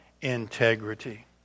integrity